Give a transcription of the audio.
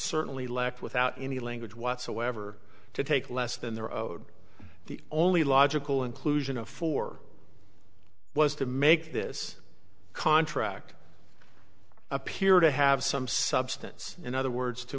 certainly left without any language whatsoever to take less than their owed the only logical inclusion of four was to make this contract appear to have some substance in other words to